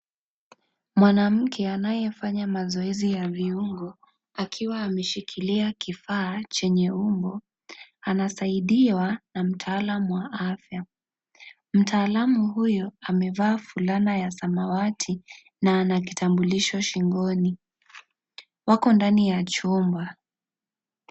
Mwanamke anayefanya mazoezi ya viungo akiwa ameshikilia kifaa chenye umbo anasaidiwa na mtaalamu wa afya, mtaalamu huyu amevaa fulana ya samawati na ana kitambulisho shingoni, wako ndani ya chumba.